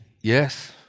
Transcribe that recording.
yes